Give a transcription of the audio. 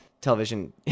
television